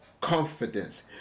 confidence